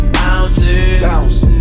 bounce